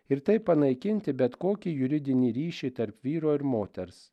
ir taip panaikinti bet kokį juridinį ryšį tarp vyro ir moters